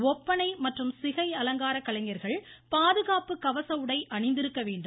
ஒப்பனை மற்றும் சிகை அலங்காரக் கலைஞர்கள் பாதுகாப்பு கவச உடை அணிந்திருக்க வேண்டும்